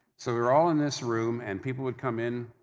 so, we were all in this room and people would come in,